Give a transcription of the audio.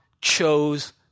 chose